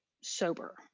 sober